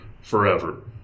forever